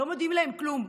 לא מודיעים להם כלום,